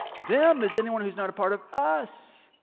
them is anyone who's not a part of us.